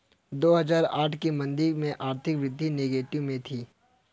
दो हजार आठ की मंदी में आर्थिक वृद्धि नेगेटिव में थी